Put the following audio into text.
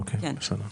יישאר, אוקי, בסדר.